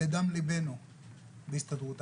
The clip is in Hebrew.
שעתיים והאמנו שכאן הגיעו מים עד נפש ומישהו יעשה משהו